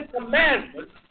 commandments